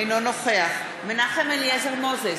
אינו נוכח מנחם אליעזר מוזס,